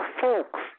folks